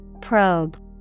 Probe